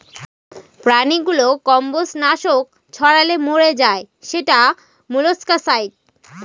প্রাণীগুলো কম্বজ নাশক ছড়ালে মরে যায় সেটা মোলাস্কাসাইড